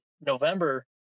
november